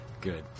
Good